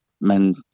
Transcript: men